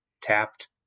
tapped